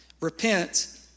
repent